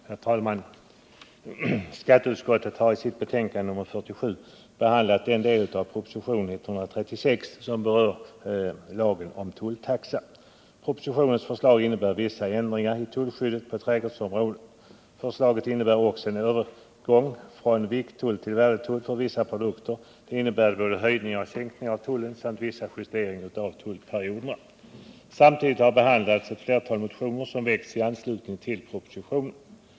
Herr talman! Skatteutskottet har i sitt betänkande nr 47 behandlat den del av propositionen 136 som berör lagen om tulltaxa. Propositionens förslag innebär vissa ändringar i tullskyddet på trädgårdsområdet. Förslaget innebär också en övergång från vikttull till värdetull för vissa produkter. Det innebär både höjningar och sänkningar av tullen samt vissa justeringar av tullperioderna. Samtidigt har utskottet behandlat ett flertal motioner som väckts i anslutning till propositionen.